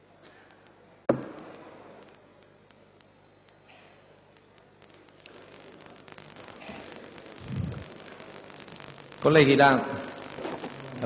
Grazie